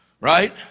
Right